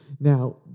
Now